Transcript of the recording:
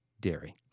dairy